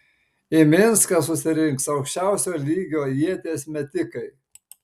į minską susirinks aukščiausio lygio ieties metikai